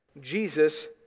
Jesus